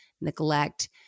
neglect